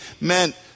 meant